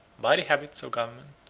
by the habits of government.